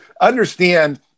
understand